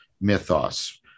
mythos